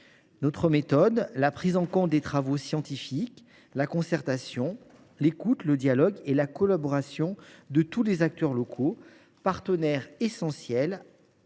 Notre méthode repose sur la prise en compte des travaux scientifiques, sur la concertation, sur l’écoute, sur le dialogue et sur la collaboration avec tous les acteurs locaux, partenaires essentiels,